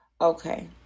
Okay